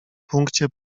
punkcie